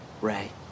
Ray